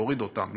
להוריד אותם,